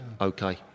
okay